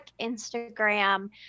Instagram